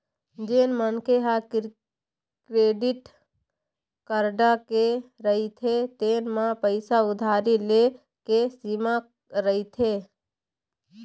जेन मनखे ह क्रेडिट कारड ले रहिथे तेन म पइसा उधारी ले के सीमा रहिथे